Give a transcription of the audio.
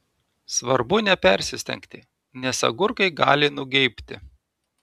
svarbu nepersistengti nes agurkai gali nugeibti